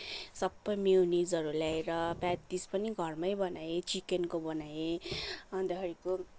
सबै मेयोनिजहरू ल्याएर पेटिज पनि घरमा बनाएँ चिकनको बनाएँ अन्तखेरिको